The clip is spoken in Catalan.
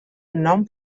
nom